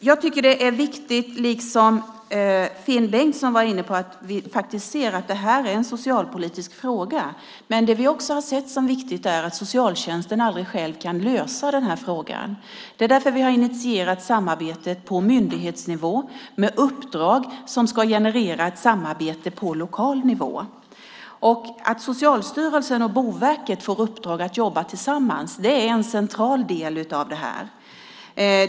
Finn Bengtsson var inne på att det är viktigt att vi ser att detta är en socialpolitisk fråga. Men det är också viktigt att se att socialtjänsten aldrig själv kan lösa den här frågan. Det är därför vi har initierat ett samarbete på myndighetsnivå med uppdrag som ska generera ett samarbete på lokal nivå. Att Socialstyrelsen och Boverket får i uppdrag att jobba tillsammans är en central del av detta.